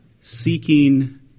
seeking